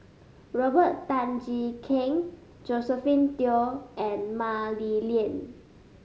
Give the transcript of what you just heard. Robert Tan Jee Keng Josephine Teo and Mah Li Lian